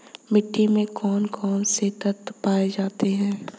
मिट्टी में कौन कौन से तत्व पाए जाते हैं?